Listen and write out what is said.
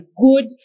good